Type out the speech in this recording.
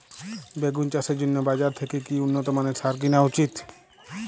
বেগুন চাষের জন্য বাজার থেকে কি উন্নত মানের সার কিনা উচিৎ?